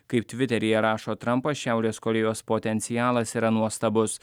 kaip tviteryje rašo trampas šiaurės korėjos potencialas yra nuostabus